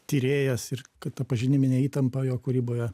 tyrėjas ir kad ta pažiniminė įtampa jo kūryboje